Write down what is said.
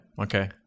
Okay